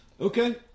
Okay